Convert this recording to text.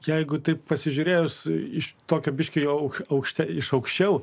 jeigu taip pasižiūrėjus iš tokio biškį jog aukšte iš aukščiau